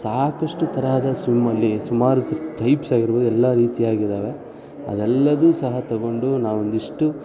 ಸಾಕಷ್ಟು ತರಹದ ಸ್ವಿಮ್ಮಲ್ಲಿ ಸುಮಾರು ಟೈಪ್ಸ್ ಆಗಿರ್ಬೋದು ಎಲ್ಲ ರೀತಿಯಾಗಿದ್ದಾವೆ ಅದೆಲ್ಲದೂ ಸಹ ತಗೊಂಡು ನಾವೊಂದಿಷ್ಟು